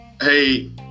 Hey